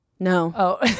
No